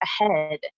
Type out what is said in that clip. ahead